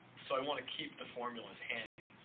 so, i want to keep the formulas handy.